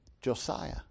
Josiah